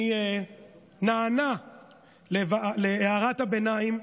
אני נענה להערת הביניים,